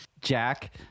Jack